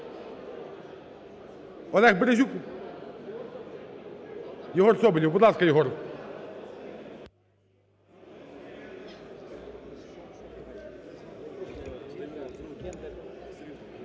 Олег Березюк? Єгор Соболєв. Будь ласка, Єгор.